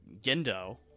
Gendo